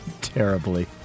Terribly